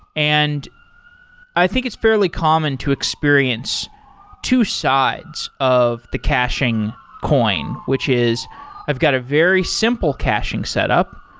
and i think it's fairly common to experience two sides of the caching coin, which is i've got a very simple caching setup,